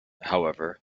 however